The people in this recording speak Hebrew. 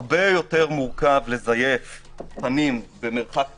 הרבה יותר מורכב לזייף פנים במרחק כזה,